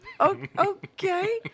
Okay